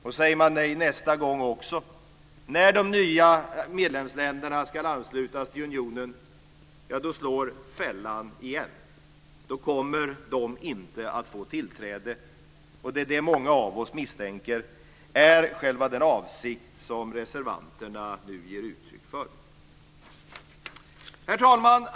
Och säger man nej nästa gång också, när de nya medlemsländerna ska anslutas till unionen, slår fällan igen. Då kommer de inte att få tillträde, och det är det många av oss misstänker är själva den avsikt som reservanterna nu ger uttryck för. Herr talman!